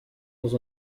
dans